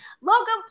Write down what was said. Logan